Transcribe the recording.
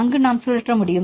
அங்கு நாம் சுழற்ற முடியும்